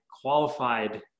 qualified